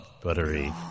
buttery